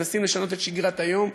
מנסים לשנות את שגרת היום,